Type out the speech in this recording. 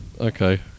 Okay